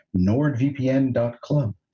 NordVPN.club